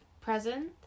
present